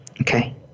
Okay